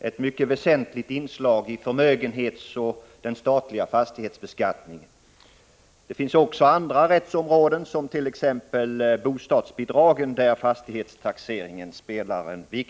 ett mycket väsentligt inslag i förmögenhetsbeskattningen och den statliga fastighetsbeskattningen. Även inom andra rättsområden, t.ex. beträffande bostadsbidragen, spelar fastighetstaxeringen en viktig roll.